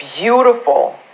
beautiful